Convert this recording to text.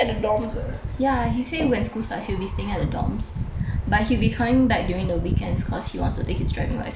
ya he say when school starts he'll be staying at the dorms but he'll be coming back during the weekends cause he wants to take his driving licence